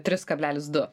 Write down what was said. tris kablelis du